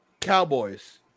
Cowboys